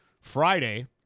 Friday